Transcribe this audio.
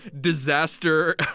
disaster